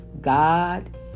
God